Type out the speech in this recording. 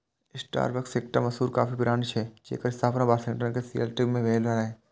Starbucks एकटा मशहूर coffee brand छियै, जेकर स्थापना वाशिंगटन के सिएटल मे भेल रहै